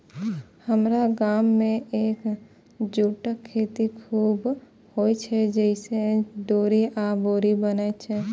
हमरा गाम मे जूटक खेती खूब होइ छै, जइसे डोरी आ बोरी बनै छै